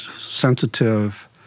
sensitive